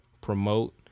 promote